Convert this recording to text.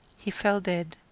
he fell dead,